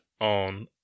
on